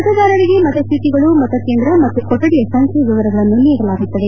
ಮತದಾರರಿಗೆ ಮತಚೀಟಗಳು ಮತಕೇಂದ್ರ ಮತ್ತು ಕೊಠಡಿ ಸಂಖ್ಡೆಯ ವಿವರಗಳನ್ನು ನೀಡಲಾಗುತ್ತದೆ